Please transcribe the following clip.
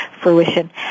fruition